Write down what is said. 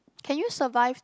can you survive